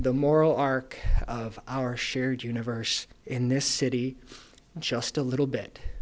the moral our of our shared universe in this city just a little bit